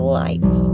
life